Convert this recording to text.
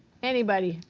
anybody,